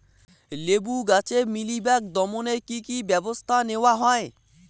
লেবু গাছে মিলিবাগ দমনে কী কী ব্যবস্থা নেওয়া হয়?